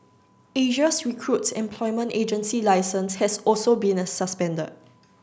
Asia's Recruit's employment agency licence has also been suspended